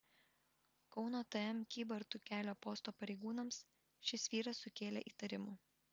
kauno tm kybartų kelio posto pareigūnams šis vyras sukėlė įtarimų